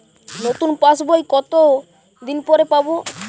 নতুন পাশ বই কত দিন পরে পাবো?